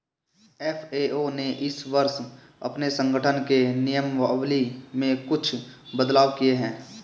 FAO ने इस वर्ष अपने संगठन के नियमावली में कुछ बदलाव किए हैं